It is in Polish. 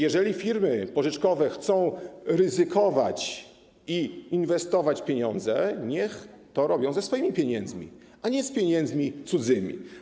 Jeżeli firmy pożyczkowe chcą ryzykować i inwestować pieniądze, to niech to robią ze swoimi pieniędzmi, a nie z cudzymi.